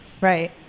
Right